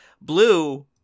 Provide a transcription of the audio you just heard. Blue